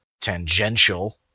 tangential